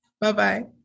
Bye-bye